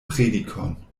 predikon